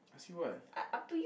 ask you what